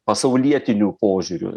pasaulietiniu požiūriu